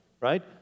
right